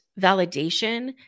validation